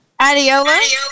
Adiola